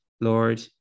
Lord